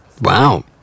Wow